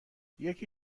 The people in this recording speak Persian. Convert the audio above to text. یکی